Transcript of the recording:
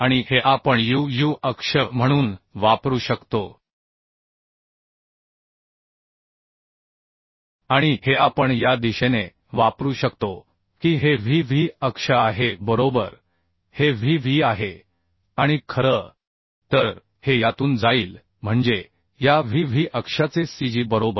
आणि हे आपण uu अक्ष म्हणून वापरू शकतो आणि हे आपण या दिशेने वापरू शकतो की हे vv अक्ष आहे बरोबर हे vv आहे आणि खरं तर हे यातून जाईल म्हणजे या vv अक्षाचे cg बरोबर